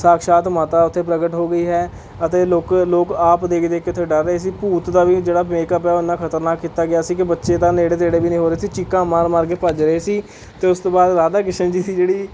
ਸ਼ਾਖਸ਼ਾਤ ਮਾਤਾ ਉੱਥੇ ਪ੍ਰਗਟ ਹੋ ਗਈ ਹੈ ਅਤੇ ਲੋਕ ਲੋਕ ਆਪ ਦੇਖ ਦੇਖ ਕੇ ਉੱਥੇ ਡਰ ਰਹੇ ਸੀ ਭੂਤ ਦਾ ਵੀ ਜਿਹੜਾ ਮੇਕਅੱਪ ਹੈ ਉਹ ਇੰਨਾ ਖਤਰਨਾਕ ਕੀਤਾ ਗਿਆ ਸੀ ਕਿ ਬੱਚੇ ਤਾਂ ਨੇੜੇ ਤੇੜੇ ਵੀ ਨਹੀਂ ਹੋ ਰਹੇ ਸੀ ਚੀਕਾਂ ਮਾਰ ਮਾਰ ਕੇ ਭੱਜ ਰਹੇ ਸੀ ਅਤੇ ਉਸ ਤੋਂ ਬਾਅਦ ਰਾਧਾ ਕ੍ਰਿਸ਼ਨ ਜੀ ਜਿਹੜੀ